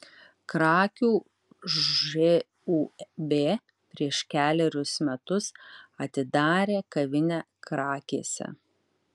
krakių žūb prieš kelerius metus atidarė kavinę krakėse